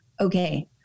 okay